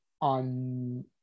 on